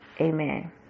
amen